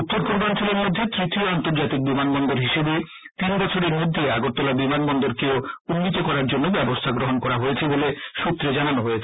উত্তর পূর্বাঞ্চলের মধ্যে তৃতীয় আন্তর্জাতিক বিমানবন্দর হিসেবে তিন বছরের মধ্যে আগরতলা বিমানবন্দরকেও উন্নীত করার জন্য ব্যবস্থা গ্রহণ করা হয়েছে বলেও সুত্রে জানা গেছে